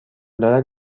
دارد